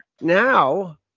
now